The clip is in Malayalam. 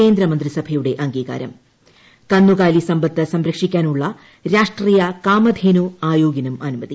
കേന്ദ്രമന്ത്രിസഭയുടെ അംഗീകാരം കന്നുകാലി സ്റ്റ്വങ്ങ സംരക്ഷിക്കാനുള്ള രാഷ്ട്രീയ കാമധേനു ആൽ ്യോഗിനും അനുമതി